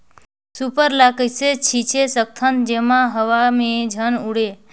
Super ल कइसे छीचे सकथन जेमा हवा मे झन उड़े?